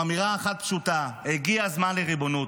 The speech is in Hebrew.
עם אמירה אחת פשוטה: הגיע הזמן לריבונות.